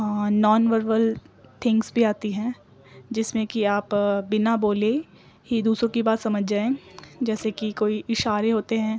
نان ورول تھنگس بھی آتی ہیں جس میں کہ آپ بنا بولے ہی دوسروں کی بات سمجھ جائیں جیسے کہ کوئی اشارے ہوتے ہیں